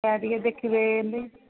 ୟା ଟିକେ ଦେଖିବେ ଏମିତି